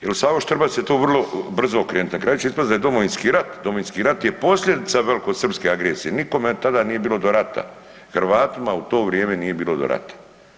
Jer Savo Štrbac će to vrlo brzo okrenut, na kraju će ispast da je Domovinski rat, Domovinski rat je posljedica velikosrpske agresije, nikome tada nije bilo do rata, Hrvatima u to vrijeme nije bilo do rata.